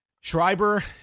Schreiber